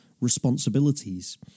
responsibilities